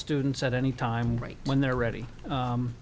students at any time right when they're ready